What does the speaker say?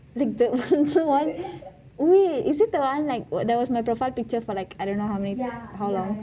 like the one wait is it the one like there was my profile picture for like I don't know how many there how long